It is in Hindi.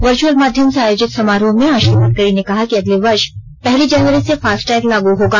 वर्चअल माध्यम से आयोजित समारोह में आज श्री गडकरी ने कहा कि अगले वर्ष पहली जनवरी से फास्टैग लागू होगा